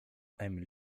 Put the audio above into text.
emil